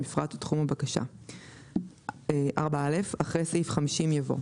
המפרט או תחום הבקשה"; (4א)אחרי סעיף 50 יבוא: